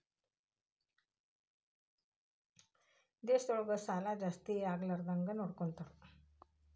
ದೇಶದೊಳಗ ಸಾಲಾ ಜಾಸ್ತಿಯಾಗ್ಲಾರ್ದಂಗ್ ಯಾರ್ನೊಡ್ಕೊತಾರ?